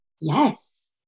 Yes